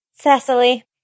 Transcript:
Cecily